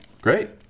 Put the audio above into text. great